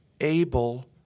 able